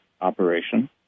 operation